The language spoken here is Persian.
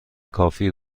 کافی